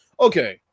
Okay